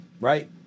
Right